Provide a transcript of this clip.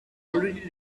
already